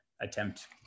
attempt